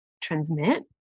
transmit